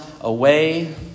away